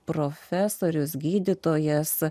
profesorius gydytojas